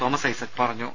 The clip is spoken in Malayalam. തോമസ് ഐസക് പറഞ്ഞു